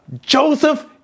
Joseph